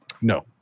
No